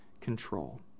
control